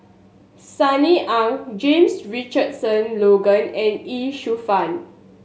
Sunny Ang James Richardson Logan and Ye Shufang